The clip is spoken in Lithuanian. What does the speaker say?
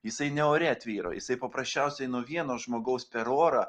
jisai ne ore tvyro jisai paprasčiausiai nuo vieno žmogaus per orą